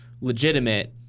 legitimate